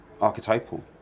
archetypal